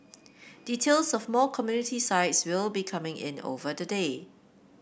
details of more community sites will be coming in over the day